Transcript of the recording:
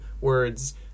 words